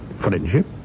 Friendship